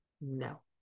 no